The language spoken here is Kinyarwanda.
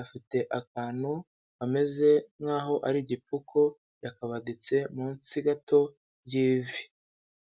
afite akantu kameze nk'aho ari gipfuko yakabaditse munsi gato y'ivi.